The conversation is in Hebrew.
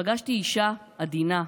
פגשתי אישה עדינה,